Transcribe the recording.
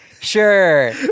sure